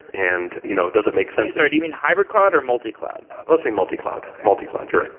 and you know doesn't make sense sorry, do you mean hybrid cloud or multi-cloud? let's say multi-cloud, multi-cloud. you're right.